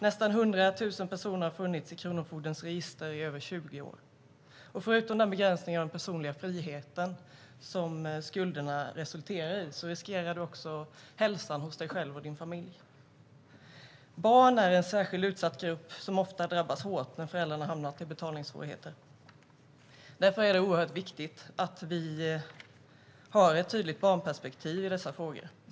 Nästan 100 000 personer har funnits i kronofogdens register i över 20 år. Förutom den begränsning av den personliga friheten som skulderna resulterar i riskerar den skuldsatta hälsan hos sig själv och sin familj. Barn är en särskilt utsatt grupp, som ofta drabbas hårt när föräldrarna hamnat i betalningssvårigheter. Därför är det oerhört viktigt att vi har ett tydligt barnperspektiv i dessa frågor.